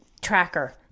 tracker